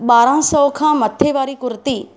ॿारहं सौ खां मथे वारी कुर्ती